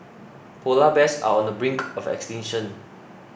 Polar Bears are on the brink of extinction